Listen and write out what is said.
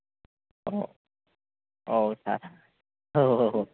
सार औ औ